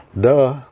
duh